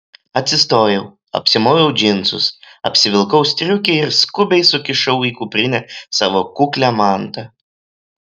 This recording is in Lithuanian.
atsistojau apsimoviau džinsus apsivilkau striukę ir skubiai sukišau į kuprinę savo kuklią mantą